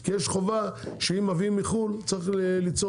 כי יש חובה שאם מביאים מחו"ל צריך ליצור